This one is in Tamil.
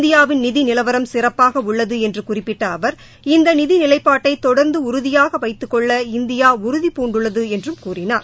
இந்தியாவின் நிதி நிலவரம் சிறப்பாக உள்ளது என்று குறிப்பிட்ட அவர் இந்த நிதிநிலைப்பாட்டை தொடர்ந்து உறுதியாக வைத்துக்கொள்ள இந்தியா உறுதி பூண்டுள்ளது என்றும் கூறினார்